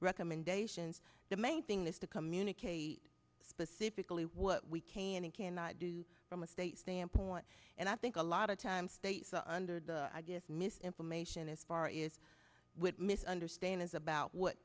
recommendations the main thing this to communicate specifically what we can and cannot do from a state standpoint and i think a lot of times states are under just misinformation as far is with mis understand is about what